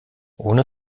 ohne